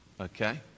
okay